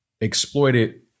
exploited